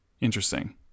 interesting